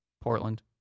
Portland